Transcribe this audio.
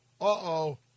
uh-oh